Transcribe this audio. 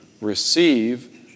receive